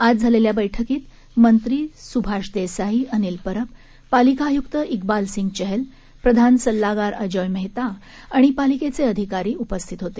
आज झालेल्या बैठकीत मंत्री सुभाष देसाई अनिल परब पालिका आयुक्त किंबालसिंग चहल प्रधान सल्लागार अजोय मेहता आणि पालिकेचे अधिकारी उपस्थित होते